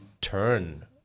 turn